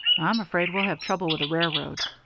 i'm afraid we'll have trouble with the railroad.